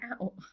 out